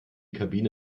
kabine